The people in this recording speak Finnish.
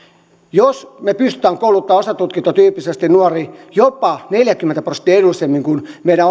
jos me pystymme kouluttamaan osatutkintotyyppisesti nuoria jopa neljäkymmentä prosenttia edullisemmin kuin meidän